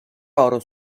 oro